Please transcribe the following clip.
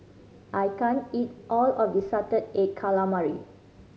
I can't eat all of this salted egg calamari